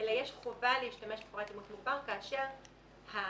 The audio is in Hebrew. אלא יש חובה להשתמש בפרט אימות מוגבר כאשר הסנקציה,